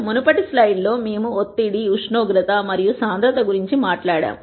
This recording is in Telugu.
మునుపటి స్లైడ్లో మేము ఒత్తిడి ఉష్ణోగ్రత మరియు సాంద్రత గురించి మాట్లాడాము